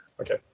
Okay